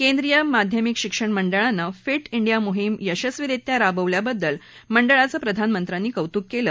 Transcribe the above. केंद्रीय माध्यमिक शिक्षण मंडळानं फिट डिया मोहिम यशस्वीरित्या राबवल्याबद्दल मंडळाचं प्रधानमंत्र्यांनी कौतूक केलं